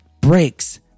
breaks